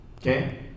okay